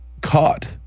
caught